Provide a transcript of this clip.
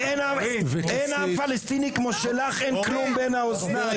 אין עם פלסטיני כמו שלך אין כלום בין האוזניים.